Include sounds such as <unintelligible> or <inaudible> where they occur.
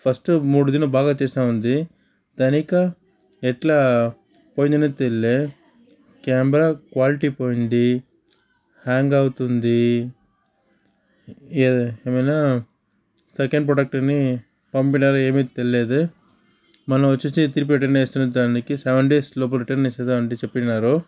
first మూడు దినం బాగా చేస్తా ఉంది దానికా ఎట్లా పోయిందని తెల్లే కెమెరా క్వాల్టీ పోయింది హ్యాంగ్ అవుతుంది ఏ ఏమైన సెకండ్ ప్రోడక్ట్ అని పంపినారా ఏమీ తేల్లేదు మొన్న వచ్చేసి <unintelligible> దానికి సెవెన్ డేస్ లోపట రిటన్ ఇస్తదని చెప్పినారు